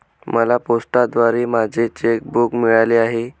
मला पोस्टाद्वारे माझे चेक बूक मिळाले आहे